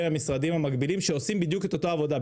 עם המשרדים המקבילים שעושים בדיוק את אותה עבודה.